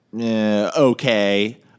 okay